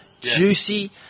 juicy